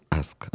ask